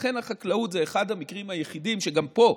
לכן החקלאות זה אחד המקרים היחידים, שגם פה,